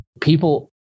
people